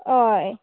अय